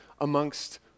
amongst